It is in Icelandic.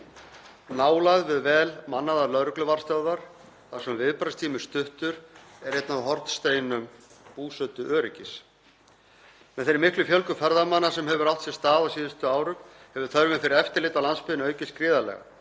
Nálægð við vel mannaðar lögregluvarðstofur þar sem viðbragðstími er stuttur er einn af hornsteinum búsetuöryggis. Með þeirri miklu fjölgun ferðamanna sem hefur átt sér stað á síðustu árum hefur þörfin fyrir eftirlit á landsbyggðinni aukist gríðarlega.